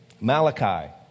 Malachi